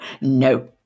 No